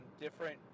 different